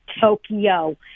Tokyo